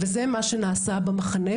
וזה מה שנעשה במחנה.